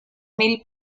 mil